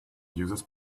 users